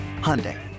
Hyundai